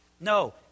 No